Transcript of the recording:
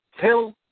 tell